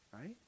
right